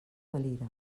valira